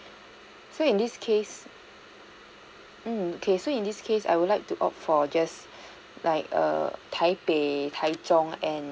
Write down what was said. so in this case mm K so in this case I would like to opt for just like err taipei taichung and